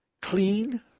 clean